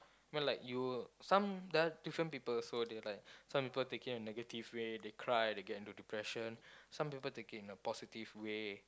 mean like you some there are different people so they like some people take it the negative way they cry they get into depression some people take it in the positive way